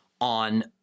on